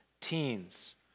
teens